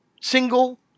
single